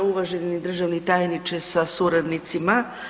Uvaženi državni tajniče sa suradnicima.